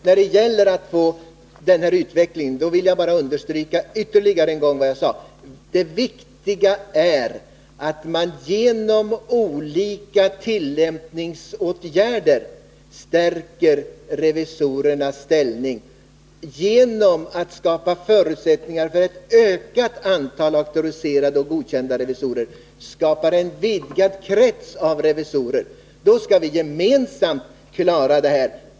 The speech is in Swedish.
När det gäller att få till stånd en sådan utveckling vill jag bara ytterligare en gång understryka vad jag tidigare sagt: Det viktiga är att man med hjälp av olika tillämpningsåtgärder stärker revisorernas ställning genom att skapa förutsättningar för ett ökat antal auktoriserade och godkända revisorer och alltså får en vidgad krets av revisorer. Då skall vi gemensamt klara det här.